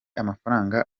amafaranga